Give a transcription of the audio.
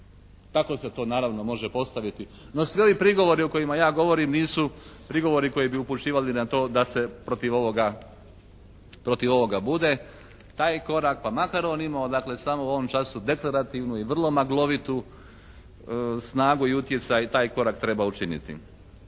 Tako se to naravno može postaviti no svi ovi prigovori o kojima ja govorim nisu prigovori koji bi upućivali na to da se protiv ovoga, protiv ovoga bude. Taj korak pa makar on imao dakle samo u ovom času deklarativnu i vrlo maglovitu snagu i utjecaj taj korak treba učiniti.